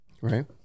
Right